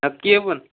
नक्की ये पण